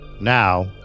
Now